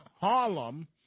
Harlem